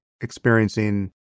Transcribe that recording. experiencing